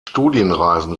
studienreisen